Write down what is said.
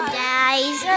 guys